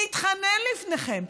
מתחנן לפניכם,